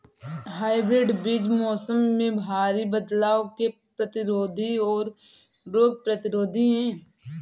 hybrid बीज मौसम में भारी बदलाव के प्रतिरोधी और रोग प्रतिरोधी हैं